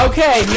Okay